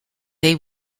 they